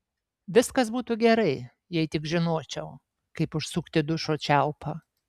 viskas būtų gerai jei tik žinočiau kaip užsukti dušo čiaupą